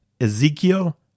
Ezekiel